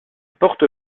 porte